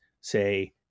say